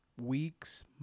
weeks